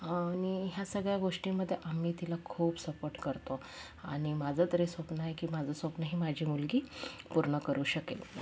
आणि ह्या सगळ्या गोष्टींमध्ये आम्ही तिला खूप सपोर्ट करतो आणि माझं तरी स्वप्न आहे की माझं स्वप्न हे माझी मुलगी पूर्ण करू शकेल